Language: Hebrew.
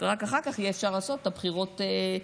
ורק אחר כך יהיה אפשר לעשות את הבחירות לרבנות?